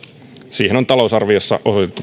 siihen on talousarviossa